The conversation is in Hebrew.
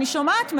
אני שומעת מהם,